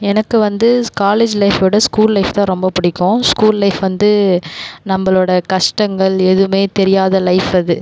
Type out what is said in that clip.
எனக்கு வந்து காலேஜ் லைஃபை விட ஸ்கூல் லைஃப் தான் ரொம்ப பிடிக்கும் ஸ்கூல் லைஃப் வந்து நம்மளோட கஷ்டங்கள் எதுவுமே தெரியாத லைஃப் அது